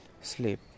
sleep